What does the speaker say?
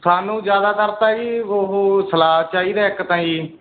ਸਾਨੂੰ ਜ਼ਿਆਦਾਤਰ ਤਾਂ ਜੀ ਉਹ ਸਲਾਦ ਚਾਹੀਦਾ ਇੱਕ ਤਾਂ ਜੀ